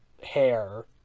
hair